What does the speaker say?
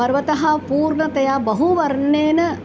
पर्वतः पूर्णतया बहुवर्णेन